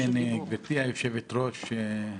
גברתי היושבת-ראש,